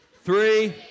Three